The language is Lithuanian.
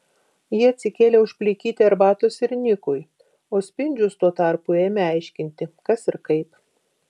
ji atsikėlė užplikyti arbatos ir nikui o spindžius tuo tarpu ėmė aiškinti kas ir kaip